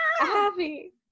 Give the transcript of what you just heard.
Abby